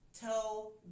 Tell